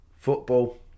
Football